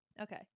Okay